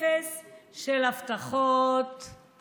אפס, אפס של הבטחות וקיומן,